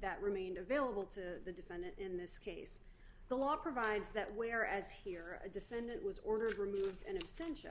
that remained available to the defendant in this case the law provides that where as here a defendant was ordered removed and essential